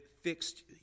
fixed